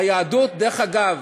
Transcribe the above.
דרך אגב,